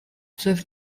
cyfr